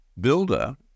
builder